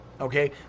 Okay